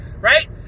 right